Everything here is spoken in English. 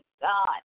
God